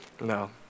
No